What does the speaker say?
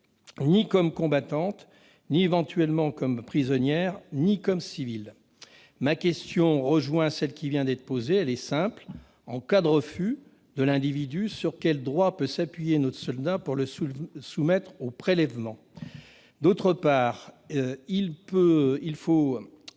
ni comme combattantes, ni comme prisonnières, ni comme civiles. Ma question rejoint celle qui vient d'être posée ; elle est simple : en cas de refus de l'individu, sur quel droit peut s'appuyer notre soldat pour le soumettre au prélèvement ?